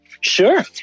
Sure